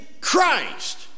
Christ